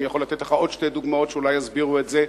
אני יכול לתת לך עוד שתי דוגמאות שאולי יסבירו את זה.